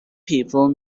people